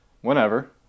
whenever